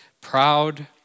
proud